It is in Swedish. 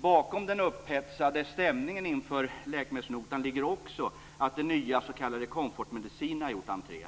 Bakom den upphetsade stämningen inför läkemedelsnotan ligger också att de nya s.k. komfortmedicinerna gjort entré.